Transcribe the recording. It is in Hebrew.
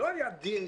לא היה דין,